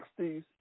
60s